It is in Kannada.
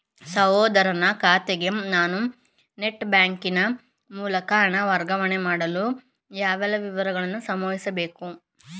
ಸಹೋದರನ ಖಾತೆಗೆ ನಾನು ನೆಟ್ ಬ್ಯಾಂಕಿನ ಮೂಲಕ ಹಣ ವರ್ಗಾವಣೆ ಮಾಡಲು ಯಾವೆಲ್ಲ ವಿವರಗಳನ್ನು ನಮೂದಿಸಬೇಕು?